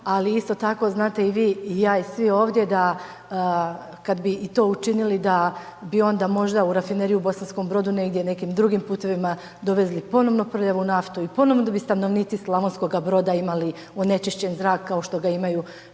ali isto tako znate i vi i ja i svi ovdje, da kada bi i to učinili, da bi onda možda u rafineriju u Bosanskom Brodu negdje, nekim drugim putevima dovezali ponovno prljavu naftu i ponovno bi stanovnici Slavonskoga Broda imali onečišćen zrak kao što ga imaju